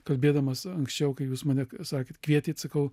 kalbėdamas anksčiau kai jūs mane sakėt kvietėt sakau